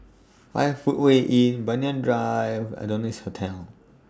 five Footway Inn Banyan Drive Adonis Hotel